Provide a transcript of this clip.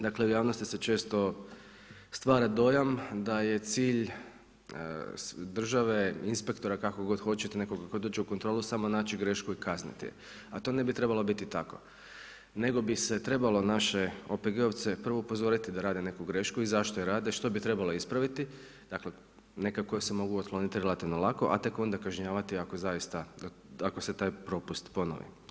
Dakle, u javnosti se često stvara dojam da je cilj države, inspektora kako god hoćete, nekoga tko dođe u kontrolu samo naći grešku i kazniti je, a to ne bi trebalo biti tako, nego bi se trebalo naše OPG-ovce prvo upozoriti da rade neku grešku i zašto je rade, što bi trebalo ispraviti dakle neke koje se mogu otkloniti relativno lako, a tek onda kažnjavati ako zaista se taj propust ponovi.